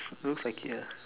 looks like it ah